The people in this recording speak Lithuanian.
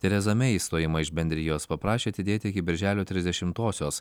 tereza mei išstojimą iš bendrijos paprašė atidėti iki birželio trisdešimtosios